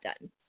done